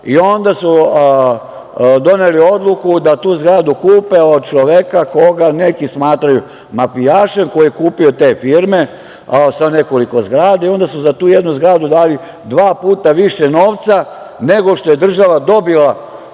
i onda su doneli odluku da tu zgradu kupe od čoveka koga neki smatraju mafijašem, koji je kupio te firme sa nekoliko zgrada. Onda su za tu jednu zgradu dali dva puta više novca nego što je država dobila